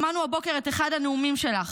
שמענו הבוקר את אחד הנאומים שלך.